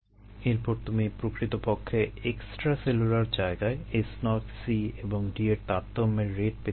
এরপর তুমি প্রকৃতপক্ষে এক্সট্রাসেলুলার জায়গায় S0 C এবং D এর তারতম্যের রেট পেতে পারবে